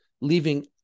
leaving